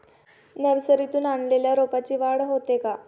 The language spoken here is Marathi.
नर्सरीतून आणलेल्या रोपाची वाढ होते का?